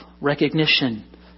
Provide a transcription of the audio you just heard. recognition